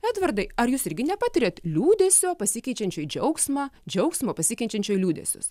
edvardai ar jūs irgi nepatiriat liūdesio pasikeičiančių į džiaugsmą džiaugsmo pasiekiančio į liūdesius